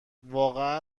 واقعا